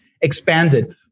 expanded